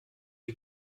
wir